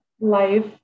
life